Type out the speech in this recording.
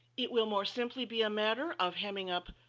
it will more simply be a matter of hemming up